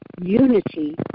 unity